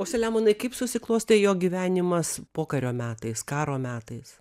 o saliamonai kaip susiklostė jo gyvenimas pokario metais karo metais